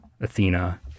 Athena